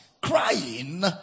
crying